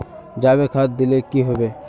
जाबे खाद दिले की होबे?